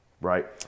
right